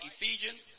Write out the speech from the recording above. Ephesians